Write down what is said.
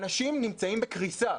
אנשים נמצאים בקריסה,